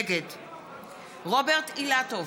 נגד רוברט אילטוב,